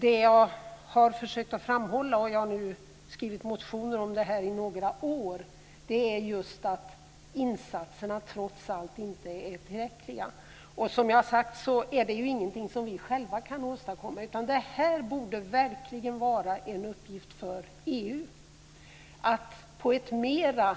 Det jag har försökt att framhålla, och jag har nu skrivit motioner om det här i några år, är just att insatserna trots allt inte är tillräckliga. Som jag har sagt är detta inget som vi själva kan åstadkomma. Det borde verkligen vara en uppgift för EU att på ett mer